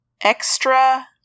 extra